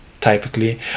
typically